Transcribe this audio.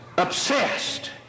obsessed